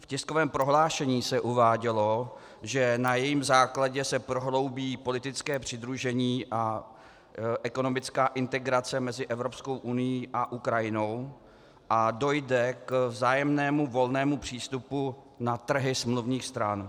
V tiskovém prohlášení se uvádělo, že na jejím základě se prohloubí politické přidružení a ekonomická integrace mezi Evropskou unií a Ukrajinou a dojde k vzájemnému volnému přístupu na trhy smluvních stran.